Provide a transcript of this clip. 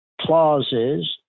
clauses